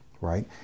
right